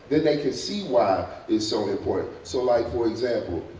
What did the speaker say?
then they can see why it's so important. so like for example,